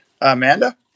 Amanda